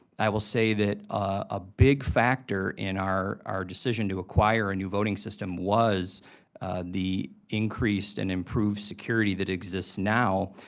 i will say that a big factor in our our decision to acquire a new voting system was the increased and improved security that exists now,